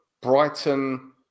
Brighton